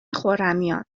خرمیان